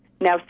Now